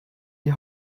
die